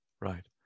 right